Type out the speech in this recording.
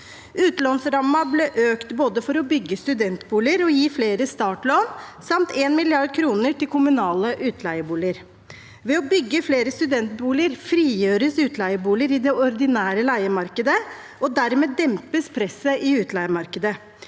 Utlånsrammen ble økt, for både å bygge studentboliger og gi flere startlån, og i tillegg kom 1 mrd. kr til kommunale utleieboliger. Ved å bygge flere studentboliger frigjøres utleieboliger i det ordinære leiemarkedet, og dermed dempes presset i utleiemarkedet.